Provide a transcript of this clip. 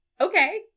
okay